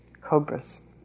cobras